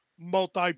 Multi